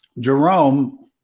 Jerome